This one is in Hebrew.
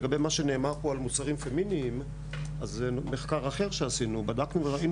לגבי מה שנאמר פה על מוצרים פמיניים במחקר אחר שעשינו בדקנו וראינו